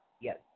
Yes